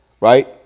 Right